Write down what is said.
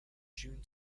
june